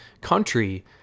country